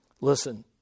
Listen